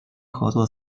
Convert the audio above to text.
合作